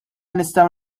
nistgħu